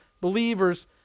believers